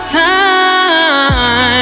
time